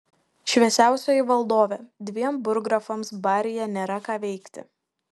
šviesiausioji valdove dviem burggrafams baryje nėra ką veikti